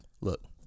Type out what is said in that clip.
look